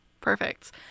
Perfect